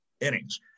innings